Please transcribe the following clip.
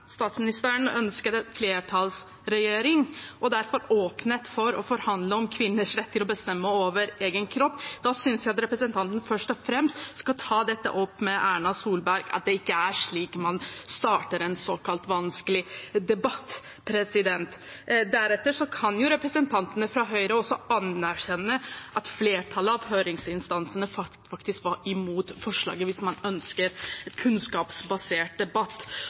statsministeren ønsket en flertallsregjering, og derfor åpnet for å forhandle om kvinners rett til å bestemme over egen kropp. Da synes jeg representanten først og fremst skal ta dette opp med Erna Solberg – at det ikke er slik man starter en såkalt vanskelig debatt. Deretter kan jo representantene fra Høyre anerkjenne at flertallet av høringsinstansene faktisk var imot forslaget – hvis man ønsker en kunnskapsbasert debatt.